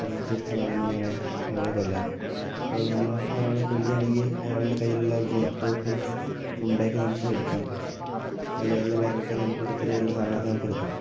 കണ്ടുപിടിച്ചെടുത്തിട്ട് വേണം നമ്മളിങ്ങനെ അവരെ കൊല്ലാൻ ഇപ്പോൾ നമ്മള് ഒരാളെ കൊല്ലു ആണെങ്കിൽ അയാളുടെ കൈയിലുള്ള തോക്കും ഉണ്ടയൊക്കെ നമുക്ക് എടുക്കാം അയാളുടെ കൈയിലുള്ള ബേഗൊക്കെ എടുത്തിട്ട് അതിലുള്ള സാധനങ്ങളൊക്കെ നമുക്കെടുക്കാം